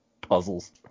puzzles